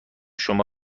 شما